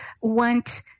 want